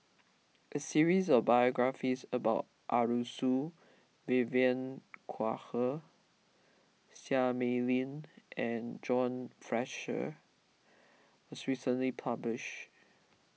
a series of biographies about Arasu Vivien Quahe Seah Mei Lin and John Fraser was recently publish